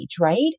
right